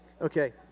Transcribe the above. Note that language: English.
Okay